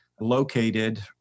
located